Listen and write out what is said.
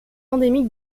endémique